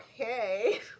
Okay